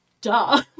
duh